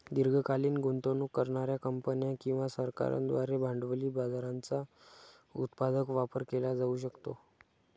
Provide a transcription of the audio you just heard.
दीर्घकालीन गुंतवणूक करणार्या कंपन्या किंवा सरकारांद्वारे भांडवली बाजाराचा उत्पादक वापर केला जाऊ शकतो